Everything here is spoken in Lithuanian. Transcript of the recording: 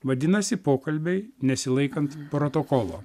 vadinasi pokalbiai nesilaikant protokolo